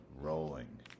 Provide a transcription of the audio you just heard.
rolling